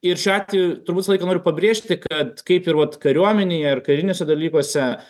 ir šiuo atveju turbūt visą laiką noriu pabrėžti kad kaip ir vat kariuomenėje ir kariniuose dalykuose